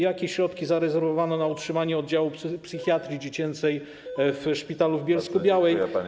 Jakie środki zarezerwowano na utrzymanie oddziału psychiatrii dziecięcej w szpitalu w Bielsku-Białej?